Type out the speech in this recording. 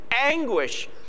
anguish